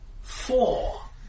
Four